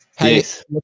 Yes